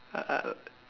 uh